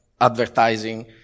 advertising